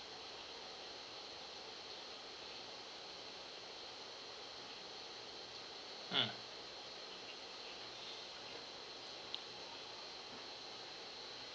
mm